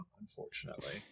Unfortunately